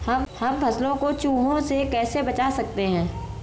हम फसलों को चूहों से कैसे बचा सकते हैं?